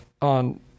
on